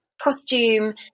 costume